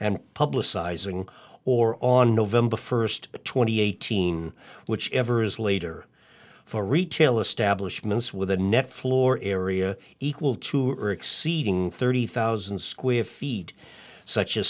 and publicising or on november first twenty eighteen whichever is later for retail establishments with a net floor area equal to or exceeding thirty thousand square feet such a